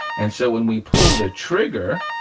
and so when we pull the trigger,